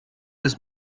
ist